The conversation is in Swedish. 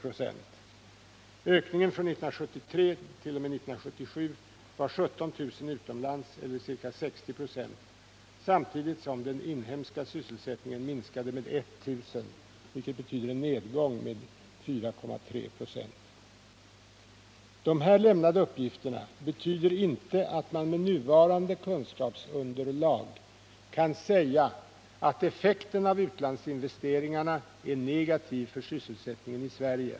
Ökningen från 1973 t.o.m. år 1977 var 17000 personer utomlands eller ca 60 96, samtidigt som den inhemska sysselsättningen minskade med 1 000, vilket betyder en nedgång med 4,3 96. De här lämnade uppgifterna betyder inte att man med nuvarande kunskapsunderlag kan säga att effekten av utlandsinvesteringarna är negativ för sysselsättningen i Sverige.